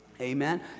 Amen